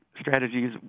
strategies